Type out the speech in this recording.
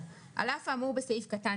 האמור בסעיף קטן